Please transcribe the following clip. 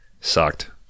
sucked